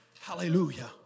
hallelujah